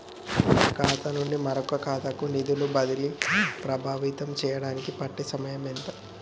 ఒక ఖాతా నుండి మరొక ఖాతా కు నిధులు బదిలీలు ప్రభావితం చేయటానికి పట్టే సమయం ఎంత?